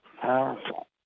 powerful